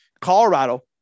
Colorado